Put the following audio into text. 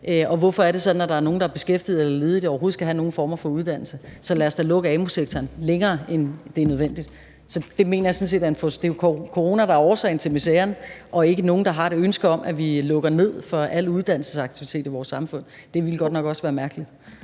og hvorfor er det sådan, at der er nogen, der er beskæftigede eller ledige, der overhovedet skal have nogen former for uddannelse? Så lad os da lukke amu-sektoren i længere tid, end det er nødvendigt. Det er jo corona, der er årsagen til miseren, og ikke nogen, der har et ønske om, at vi lukker ned for al uddannelsesaktivitet i vores samfund. Det ville godt nok også være mærkeligt.